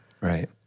right